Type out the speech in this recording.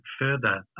further